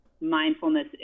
mindfulness